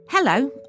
Hello